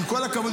עם כל הכבוד,